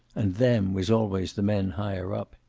and them was always the men higher up.